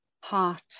heart